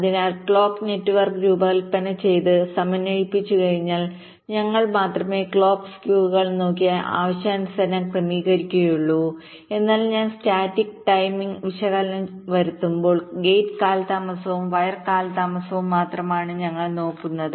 അതിനാൽ clock network രൂപകൽപ്പന ചെയ്ത് സമന്വയിപ്പിച്ചുകഴിഞ്ഞാൽ ഞങ്ങൾ മാത്രമേ ക്ലോക്ക് സ്ക്യൂകൾ നോക്കി ആവശ്യാനുസരണം ക്രമീകരിക്കുകയുള്ളൂ എന്നാൽ ഞങ്ങൾ സ്റ്റാറ്റിക് ടൈമിംഗ്വിശകലനം നടത്തുമ്പോൾ ഗേറ്റ് കാലതാമസവും വയർ കാലതാമസവും മാത്രമാണ് ഞങ്ങൾ നോക്കുന്നത്